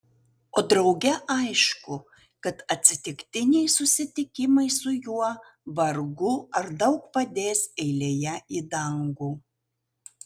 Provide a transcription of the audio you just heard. o drauge aišku kad atsitiktiniai susitikimai su juo vargu ar daug padės eilėje į dangų